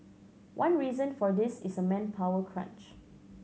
one reason for this is a manpower crunch